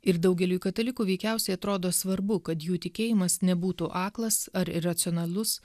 ir daugeliui katalikų veikiausiai atrodo svarbu kad jų tikėjimas nebūtų aklas ar iracionalus